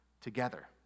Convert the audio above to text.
together